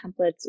templates